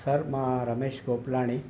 sir मां रमेश गोपलाणी